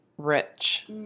rich